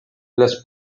las